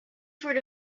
sort